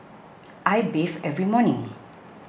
I bathe every morning